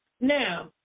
Now